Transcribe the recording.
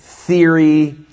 theory